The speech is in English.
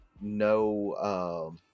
no